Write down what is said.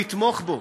הוא לתמוך בו,